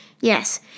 Yes